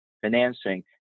financing